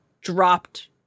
dropped